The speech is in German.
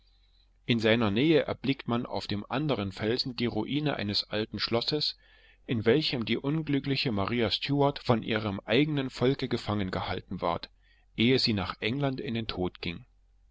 in seiner nähe erblickt man auf einem anderen felsen die ruine eines alten schlosses in welchem die unglückliche maria stuart von ihrem eigenen volke gefangen gehalten ward ehe sie nach england in den tod ging